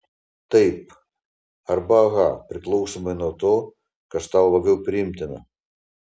taip arba aha priklausomai nuo to kas tau labiau priimtina